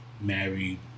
married